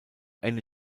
ende